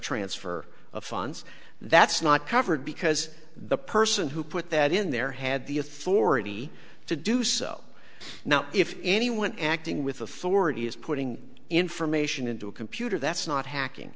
transfer of funds that's not covered because the person who put that in there had the authority to do so now if anyone acting with authority is putting information into a computer that's not hacking